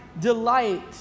delight